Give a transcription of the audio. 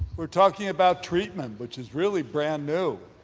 we're talking about treatment, which is really brand new,